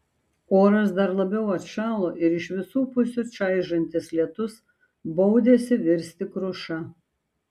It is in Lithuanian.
oras dar labiau atšalo ir iš visų pusių čaižantis lietus baudėsi virsti kruša